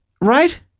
right